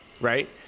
right